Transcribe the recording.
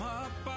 up